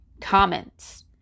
comments